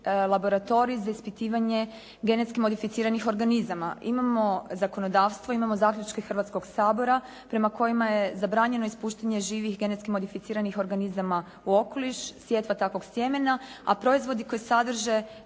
laboratorij za ispitivanje genetski modificiranih organizama. Imamo zakonodavstvo, imamo zaključke Hrvatskog sabora prema kojima je zabranjeno ispuštanje živih genetski modificiranih organizama u okoliš, sjetva takvog sjemena, a proizvodi koji sadrže